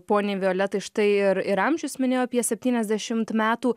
poniai violetai štai ir ir amžius minėjo apie septyniasdešimt metų